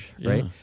Right